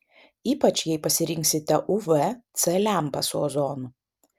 ypač jei pasirinksite uv c lempą su ozonu